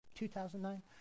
2009